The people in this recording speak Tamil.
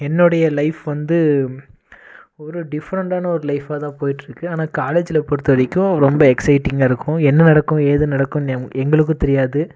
என்னோடைய லைஃப் வந்து ஒரு டிஃப்ரெண்டான ஒரு லைஃபாக தான் போயிட்ருக்கு ஆனால் காலேஜில் பொறுத்தவரைக்கும் ரொம்ப எக்சைட்டிங்காக இருக்கும் என்ன நடக்கும் ஏது நடக்குன்னு எங்களுக்கும் தெரியாது